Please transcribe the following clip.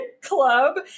club